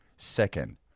Second